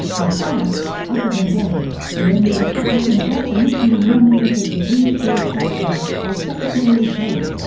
in fact, other than blaine, the only republican boss initially nominated was redfield proctor, as secretary of war.